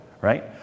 right